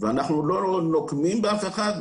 ואנחנו לא נוקמים באף אחד,